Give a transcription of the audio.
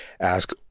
ask